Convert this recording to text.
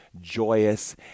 joyous